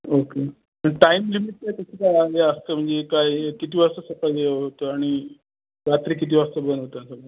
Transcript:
okay आणि time limit कसं काय म्हणजे असतं म्हणजे काय किती वाजता सकाळी हे होतं आणि रात्री किती वाजता बंद होतं असं